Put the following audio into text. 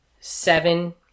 seven